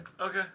Okay